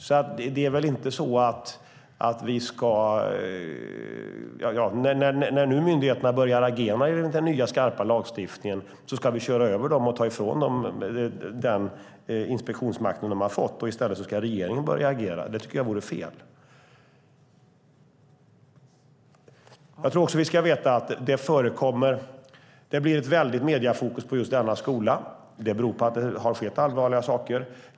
Jag tycker att det vore fel om vi, när nu myndigheterna börjar agera enligt den nya skarpa lagstiftningen, skulle köra över dem och ta ifrån dem den inspektionsmakt som de har fått och om regeringen i stället skulle börja agera. Det blir ett väldigt mediefokus på just denna skola. Det beror på att det har skett allvarliga saker.